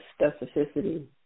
specificity